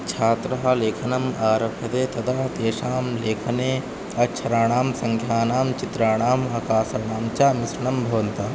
छात्राः लेखनम् आरभ्यते तदा तेषां लेखने अक्षराणां सङ्ख्यानां चित्राणां अकासनां च मिश्रणं भवन्ति